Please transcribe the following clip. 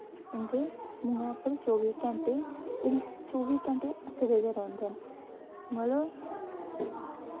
इं'दे मुएं उप्पर चौह्बी घैंटे ए चौह्बी घैंटे हसदे गै रौंह्नदे मतलब